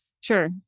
Sure